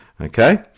Okay